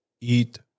Eat